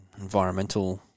environmental